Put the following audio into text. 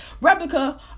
replica